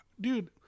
dude